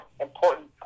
important